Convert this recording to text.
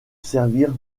servir